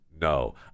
no